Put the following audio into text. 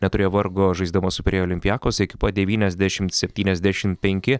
neturėjo vargo žaisdama su pirėjo olimpiakos ekipa devyniasdešimt septyniasdešim penki